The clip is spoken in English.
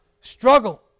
struggle